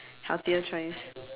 healthier choice